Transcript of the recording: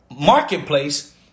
marketplace